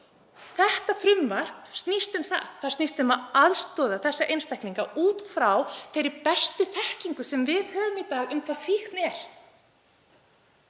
Þetta frumvarp snýst um það. Það snýst um að aðstoða þessa einstaklinga út frá þeirri bestu þekkingu sem við höfum í dag á því hvað fíkn er.